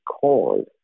cause